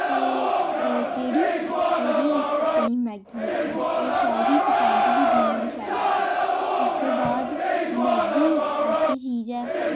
ते केह्ड़ी जेह्ड़ी अपनी मैगी ऐ एह् शैल ही पतांजली दी नी शैल लग्गी उसदे बाद मैगी इक ऐसी चीज़ ऐ